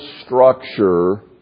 structure